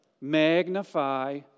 Magnify